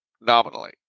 nominally